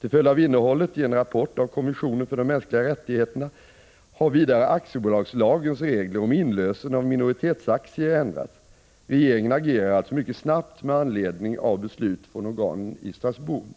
Till följd av innehållet i en rapport av kommissionen för de mänskliga rättigheterna har vidare aktiebolagslagens regler om inlösen av minoritetsaktier ändrats. Regeringen agerar alltså mycket snabbt med anledning av beslut från organen i Strasbourg.